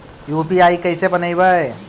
UPI कैसे बनइबै?